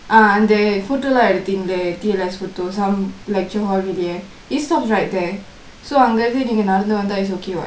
ah அந்த:andtha photo ்டுத்திங்கலே அந்த:eduthingkale andtha T_L_S photo some like corridor there it stops right there so நீங்க அங்க இருந்து நடந்து வந்திங்கனா:neengka angka irunthu nadanthu vanthingkanaa is okay what